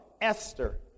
Esther